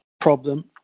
problem